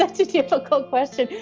but to see a full code quested,